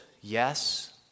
yes